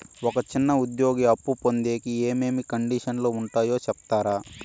ఒక చిన్న ఉద్యోగి అప్పు పొందేకి ఏమేమి కండిషన్లు ఉంటాయో సెప్తారా?